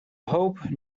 hope